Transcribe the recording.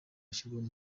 ashyirwaho